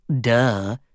duh